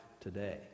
today